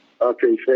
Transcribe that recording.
Okay